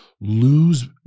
lose